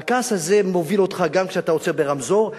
והכעס הזה מוביל אותך גם כשאתה עוצר ברמזור,